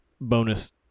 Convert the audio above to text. bonus